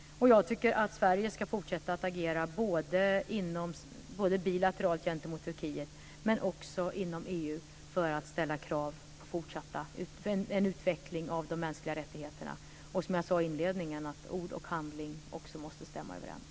Jag tycker att Sverige ska fortsätta att agera både bilateralt gentemot Turkiet men också inom EU för att ställa krav på en utveckling av de mänskliga rättigheterna. Ord och handling måste stämma överens.